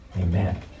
Amen